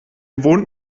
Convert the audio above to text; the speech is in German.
wohnt